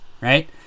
right